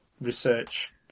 research